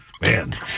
Man